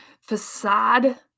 facade